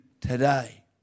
today